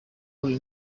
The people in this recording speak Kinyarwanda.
buri